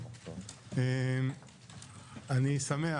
אני אשמח.